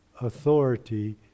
authority